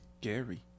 Gary